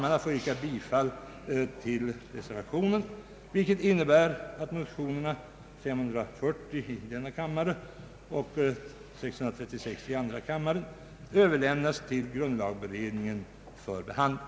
Jag ber att få yrka bifall till reservationen, vilken innebär att motionerna II:3, 1:329 och II: 365 överlämnas till grundlagberedningen för behandling.